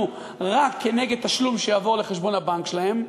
רק כנגד תשלום שיעבור לחשבון הבנק שלהן.